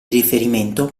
riferimento